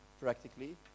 practically